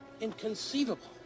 Inconceivable